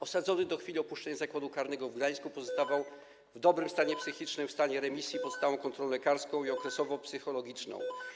Osadzony do chwili opuszczenia Zakładu Karnego w Gdańsku pozostawał w dobrym stanie psychicznym, w stanie remisji, pod stałą kontrolą lekarską i okresowo psychologiczną.